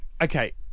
okay